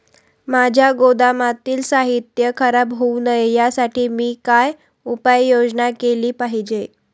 माझ्या गोदामातील साहित्य खराब होऊ नये यासाठी मी काय उपाय योजना केली पाहिजे?